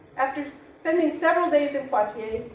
after spending several days in poitiers,